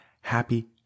Happy